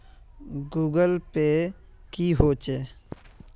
Google pay की होचे?